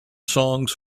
songs